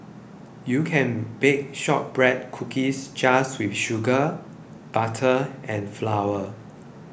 you can bake Shortbread Cookies just with sugar butter and flour